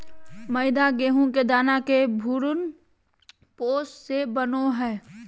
मैदा गेहूं के दाना के भ्रूणपोष से बनो हइ